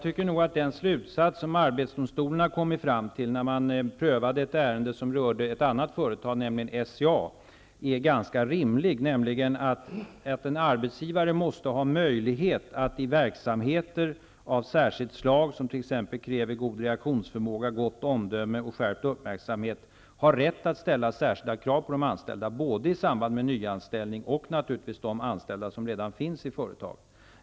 Herr talman! Den slutsats som arbetsdomstolen kom fram till när den prövade ett ärende som rörde ett annat företag, nämligen SCA, är ganska rimlig. Den innebär att en arbetsgivare måste ha möjligheter att i en verksamhet av särskilt slag, som t.ex. kräver god reaktionsförmåga, gott omdöme och skärpt uppmärksamhet, ha rätt att ställa särskilda krav på de anställda både i samband med nyanställning och beträffande de anställda som redan finns i företaget.